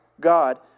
God